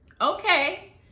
Okay